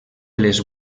les